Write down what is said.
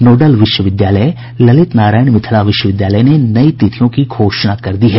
nodal विश्वविद्यालय ललित नारायण मिथिला विश्वविद्यालय ने नई तिथियों की घोषणा कर दी है